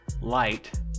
light